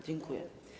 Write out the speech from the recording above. Dziękuję.